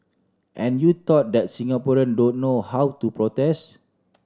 and you thought that Singaporean don't know how to protest